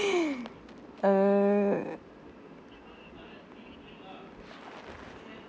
err